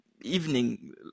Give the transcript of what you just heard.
evening